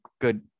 good